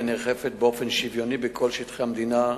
ונאכפת באופן שוויוני בכל שטחי המדינה,